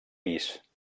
pis